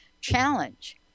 challenge